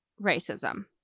racism